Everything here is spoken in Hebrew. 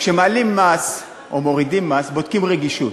כשמעלים מס או מורידים מס, בודקים רגישות.